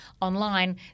online